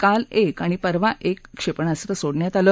काल एक आणि परवा एक क्षेपणास्त्र सोडण्यात आलं